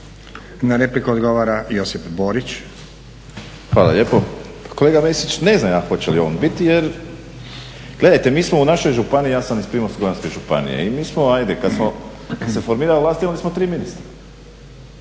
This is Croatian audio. Borić. **Borić, Josip (HDZ)** Hvala lijepo. Kolega Mesić, ne znam ja hoće li on biti jer gledajte, mi smo u našoj županiji, ja sam iz Primorsko-goranske županije i mi smo kad se formirala vlast imali smo tri ministra